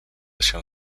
się